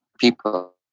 People